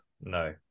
No